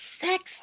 sex